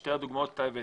בשתי הדוגמאות שאתה הבאת,